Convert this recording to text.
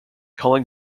calling